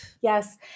Yes